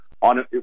on